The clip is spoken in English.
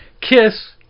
Kiss